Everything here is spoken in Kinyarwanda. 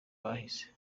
bahise